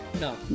No